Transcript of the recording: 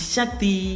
Shakti